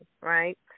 right